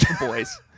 boys